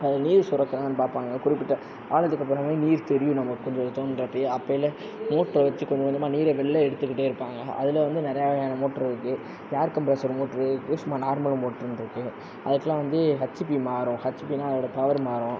அதில் நீர் சுரக்குதான்னு பார்ப்பாங்க குறிப்பிட்ட ஆழத்துக்கு போனவுன்னே நீர் தெரியும் நமக்கு தோண்டுகிறப்பையே அப்பல்ல மோட்ரை வச்சு கொஞ்சம் கொஞ்சமாக நீரை வெளில எடுத்துக்கிட்டே இருப்பாங்க அதில் வந்து நிறையா வகையான மோட்டாரு இருக்குது ஏர் கம்பிரசர் மோட்ரு சும்மா நார்மல் மோட்ருன்னு இருக்குது அதுக்கெலாம் வந்து ஹச்சிப்பி மாறும் ஹச்சிப்பின்னால் வந்து அதோட பவர் மாறும்